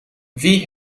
wie